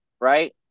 Right